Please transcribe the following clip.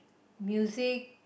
music